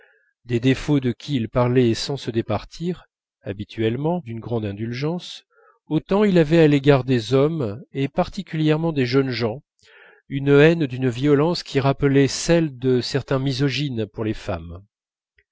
des défauts de qui il parlait sans se départir habituellement d'une grande indulgence autant il avait à l'égard des hommes et particulièrement des jeunes gens une haine d'une violence qui rappelait celle de certains misogynes pour les femmes